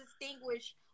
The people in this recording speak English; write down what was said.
distinguish